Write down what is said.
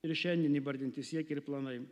ir šiandien įvardinti siekiai ir planai